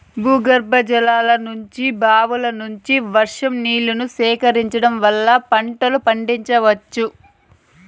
భూగర్భజలాల నుంచి, బావుల నుంచి, వర్షం నీళ్ళను సేకరించడం వల్ల పంటలను పండించవచ్చు